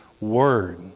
Word